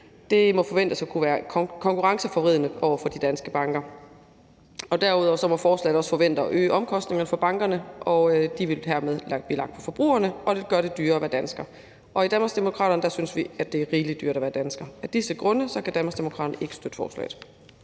Det må forventes at kunne være konkurrenceforvridende over for de danske banker. Derudover må forslaget også forventes at øge omkostningerne for bankerne, og de vil dermed blive lagt på forbrugerne og gøre det dyrere at være dansker. Og i Danmarksdemokraterne synes vi, at det er rigelig dyrt at være dansker. Af disse grunde kan Danmarksdemokraterne ikke støtte forslaget.